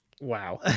Wow